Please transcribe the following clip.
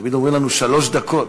תמיד אומרים לנו: שלוש דקות.